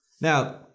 Now